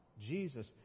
Jesus